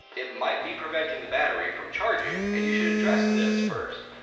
it might be preventing the battery from charging and you should address this first.